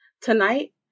Tonight